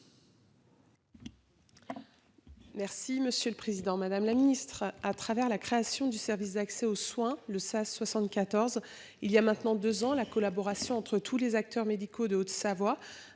Merci, monsieur le Président Madame la Ministre à travers la création du service d'accès aux soins, le sas 74 il y a maintenant 2 ans. La collaboration entre tous les acteurs médicaux de Haute-Savoie